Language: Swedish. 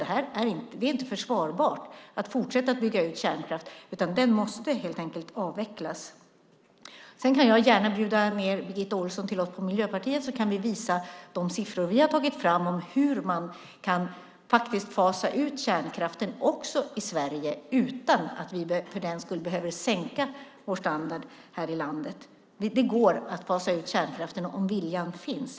Det är inte försvarbart att fortsätta bygga ut kärnkraften, utan den måste helt enkelt avvecklas. Jag bjuder gärna in Birgitta Ohlsson till oss på Miljöpartiet så att jag kan visa de siffror vi har tagit fram för hur man kan fasa ut kärnkraften i Sverige utan att vi för den skull behöver sänka vår standard här i landet. Det går att fasa ut kärnkraften om vilja finns.